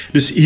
Dus